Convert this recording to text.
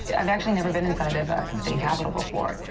ah i've actually never been inside of a state capitol before.